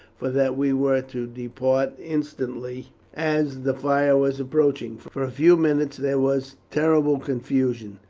for that we were to depart instantly, as the fire was approaching. for a few minutes there was terrible confusion.